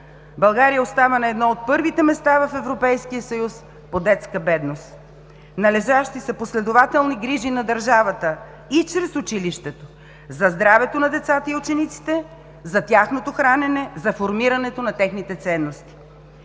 България остана на едно от първите места в Европейския съюз по детска бедност. Належащи са последователни грижи на държавата и чрез училището за здравето на децата и учениците, за тяхното хранене, за формирането на техните ценности.